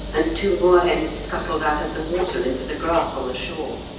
and two moorhens scuttled out of the water into the grass on the shore.